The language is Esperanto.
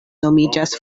nomiĝas